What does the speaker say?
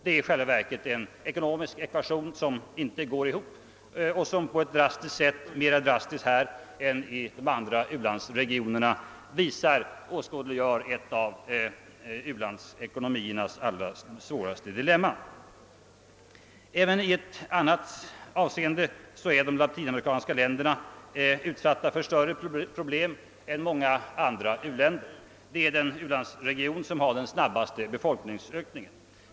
Det är en ekonomisk ekvation som inte går ihop och som på ett drastiskt sätt åskådliggör ett av u-landsekonomiernas allra svåraste dilemman. Även i ett annat avseende är de latinamerikanska länderna utsatta för större problem än många andra u-länder. Det är den u-landsregion som har den snabbaste befolkningsökningen.